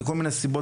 מכל מיני סיבות,